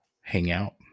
Hangout